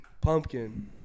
pumpkin